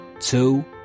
Two